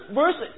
verse